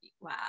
wow